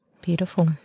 Beautiful